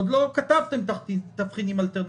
עוד לא כתבתם תבחינים אלטרנטיביים.